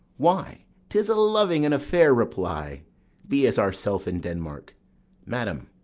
why, tis a loving and a fair reply be as ourself in denmark madam,